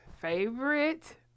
Favorite